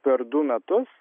per du metus